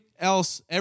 else